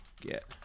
get